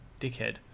dickhead